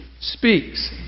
speaks